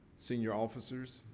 senior officers.